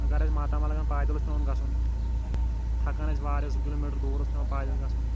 اَگر اسہِ ماتامال آسہِ پایدٔلۍ اوٗس پیٚوان گژھُن تھَکان ٲسۍ واریاہ زٕ کِلوٗمیٖٹَر دوٗر اوٗس پیٚوَن پایدٔلۍ گژھُن